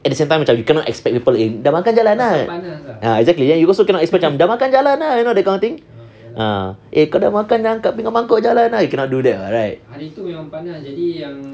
at the same time you cannot expect people dah makan jalan ah is okay you also cannot expect dah makan jalan lah you know that kind of thing ah eh kau dah makan angkat pinggan mangkuk jalan lah you cannot do that [what] right